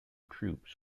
troops